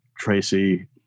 Tracy